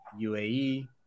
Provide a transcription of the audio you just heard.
UAE